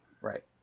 Right